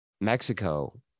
Mexico